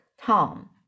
Tom